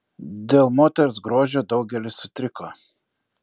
dėl moters grožio daugelis sutriko